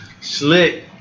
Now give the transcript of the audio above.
Slick